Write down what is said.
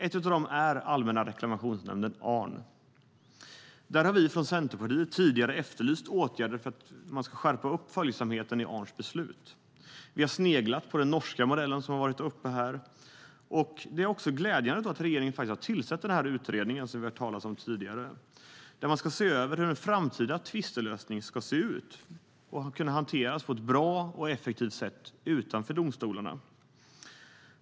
Ett av dem är Allmänna reklamationsnämnden, Arn. Vi i Centerpartiet har tidigare efterlyst åtgärder för att skärpa följsamheten i Arns beslut. Vi har sneglat på den norska modellen som har tagits upp här. Det är därför glädjande att regeringen har tillsatt den här utredningen som vi har hört talas om tidigare. Den ska se över hur en framtida tvistelösning ska se ut och kunna hanteras på ett bra och effektivt sätt utanför domstolarna.